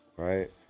Right